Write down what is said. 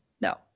No